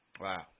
wow